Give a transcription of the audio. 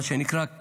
מה שנקרא,